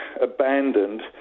abandoned